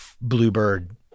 Bluebird